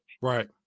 Right